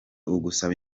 ugusaba